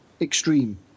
extreme